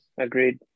Agreed